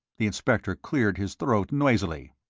the inspector cleared his throat noisily.